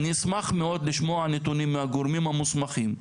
אני אשמח מאוד לשמוע נתונים מהגורמים המוסמכים,